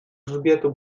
grzbietu